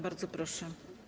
Bardzo proszę.